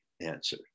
answer